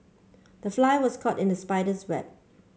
the fly was caught in the spider's web